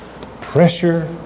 pressure